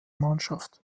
mannschaft